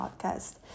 Podcast